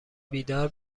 بیدار